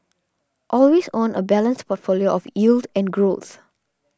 always own a balanced portfolio of yield and growth